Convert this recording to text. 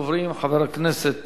ראשון הדוברים, חבר הכנסת